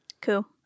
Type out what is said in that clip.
Cool